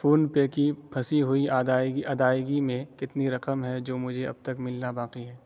PhonePe کی پھنسی ہوئی ادائیگی ادائیگی میں کتنی رقم ہے جو مجھے اب تک ملنا باقی ہے